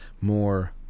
more